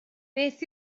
beth